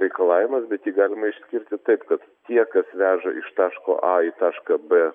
reikalavimas bet jį galima išskirti taip kad tie kas veža iš taško a į tašką b